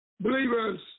Believers